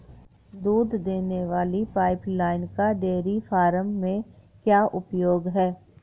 दूध देने वाली पाइपलाइन का डेयरी फार्म में क्या उपयोग है?